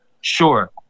Sure